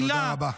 תודה רבה.